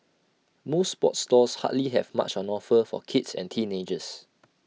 most sports stores hardly have much on offer for kids and teenagers